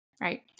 right